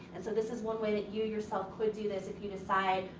and so, this is one way that you yourself could do this if you decide,